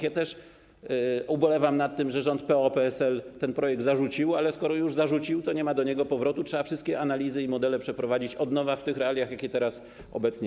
Ja też ubolewam nad tym, że rząd PO-PSL ten projekt zarzucił, ale skoro już go zarzucił, to nie ma do niego powrotu, trzeba wszystkie analizy i modele zrobić od nowa, w tych realiach, jakie są obecnie.